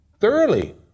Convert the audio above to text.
thoroughly